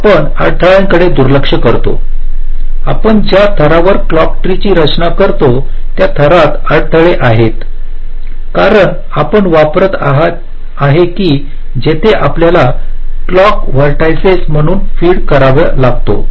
तर आपण अडथळ्यांकडे दुर्लक्ष करतो आपण ज्या थरावर क्लॉक ट्री ची रचना करतो त्या थरात अडथळे आहेत कारण आपण वापरत आहे की जिथे आपल्याला क्लॉक व्हर्टिसिस म्हणून फीड करावा लागतो